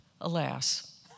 Alas